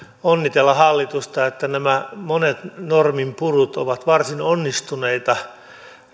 onnitella hallitusta että nämä monet norminpurut ovat varsin onnistuneita